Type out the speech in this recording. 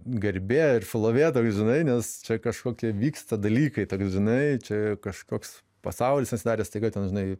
garbė ir šlovė toks žinai nes čia kažkokie vyksta dalykai toks žinai čia kažkoks pasaulis atsidarė staiga ten žinai